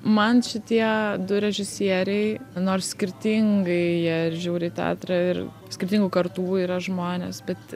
man šitie du režisieriai nors skirtingai jie žiūri į teatrą ir skirtingų kartų yra žmonės bet